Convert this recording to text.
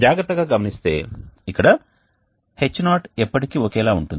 జాగ్రత్తగా గమనిస్తే ఇక్కడ H0 ఎప్పటికీ ఒకేలా ఉంటుంది